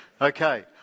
okay